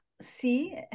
see